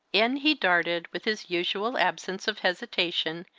in he darted, with his usual absence of hesitation,